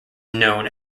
known